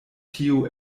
tiu